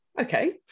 Okay